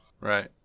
Right